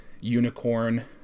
unicorn